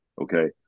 Okay